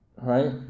Right